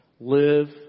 Live